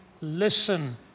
listen